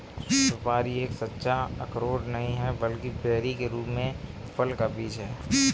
सुपारी एक सच्चा अखरोट नहीं है, बल्कि बेरी के रूप में फल का बीज है